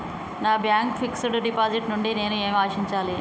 నా bank fixed deposit నుండి నేను ఏమి ఆశించాలి?